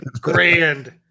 Grand